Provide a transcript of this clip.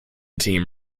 team